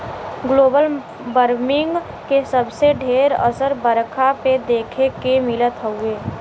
global warming के सबसे ढेर असर बरखा पे देखे के मिलत हउवे